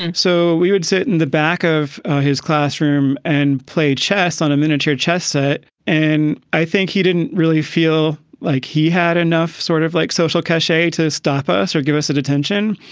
and so we would sit in the back of his classroom and play chess on a miniature chess set. and i think he didn't really feel like he had enough sort of like social cachet to stop us or give us that attention,